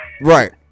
Right